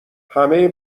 همه